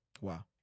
Wow